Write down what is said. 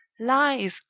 lies!